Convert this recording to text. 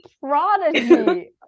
prodigy